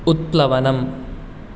उत्प्लवनम्